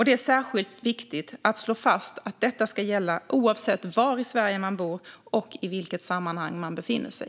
Det är särskilt viktigt att slå fast att detta ska gälla oavsett var i Sverige man bor och i vilket sammanhang man befinner sig.